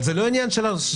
זה לא עניין של מספר.